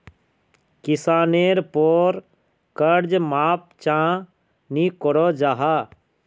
किसानेर पोर कर्ज माप चाँ नी करो जाहा?